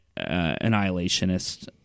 annihilationist